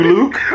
Luke